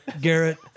Garrett